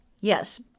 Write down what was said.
Yes